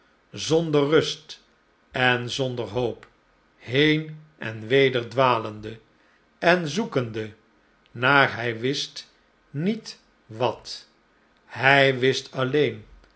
zonder rust en zonder hoop heen en weder dwalende en zoekende naar hij wist niet wat hij